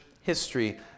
history